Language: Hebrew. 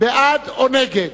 בעד או נגד.